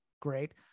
great